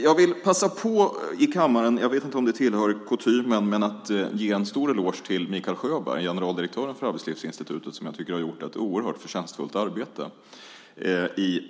Jag vill passa på i kammaren - jag vet inte om det hör till kutymen - att ge en stor eloge till Mikael Sjöberg, generaldirektören för Arbetslivsinstitutet, som jag tycker har gjort ett oerhört förtjänstfullt arbete.